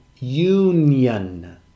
union